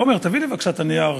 עמר, תביא לי בבקשה את הנייר,